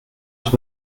ich